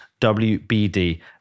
WBD